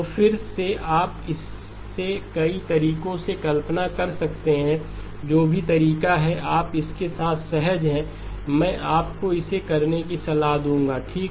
तो फिर से आप इसे कई तरीकों से कल्पना कर सकते हैं जो भी तरीका है कि आप इसके साथ सहज हैं मैं आपको इसे करने की सलाह दूंगा ठीक